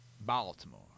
Baltimore